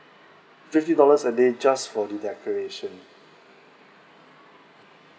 fifty dollars a day just for the decoration